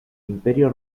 imperio